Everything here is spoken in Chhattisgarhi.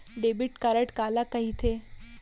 डेबिट कारड काला कहिथे?